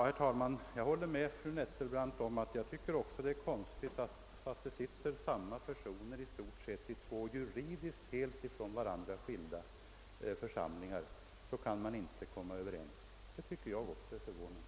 Herr talman! Jag håller med fru Nettelbrandt om att det är konstigt att i stort sett samma personer inom två juridiskt sett från varandra helt skilda församlingar inte kan komma överens. Jag tycker det är förvånande.